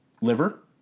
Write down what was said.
liver